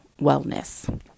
wellness